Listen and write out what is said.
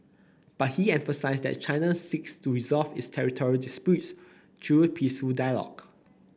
but he emphasised that China seeks to resolve its territorial disputes through peaceful dialogue